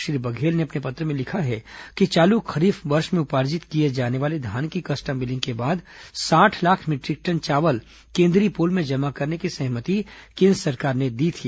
श्री बघेल ने अपने पत्र में लिखा है कि चालू खरीफ वर्ष में उपार्जित किए जाने वाले धान की कस्टम मिलिंग के बाद साठ लाख मीटरिक टन चावल केन्द्रीय पूल में जमा करने की सहमति केन्द्र सरकार ने दी थी